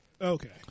Okay